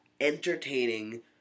entertaining